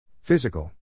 Physical